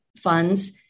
funds